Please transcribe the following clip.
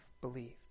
believed